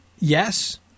Yes